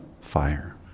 fire